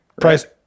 price